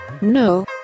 No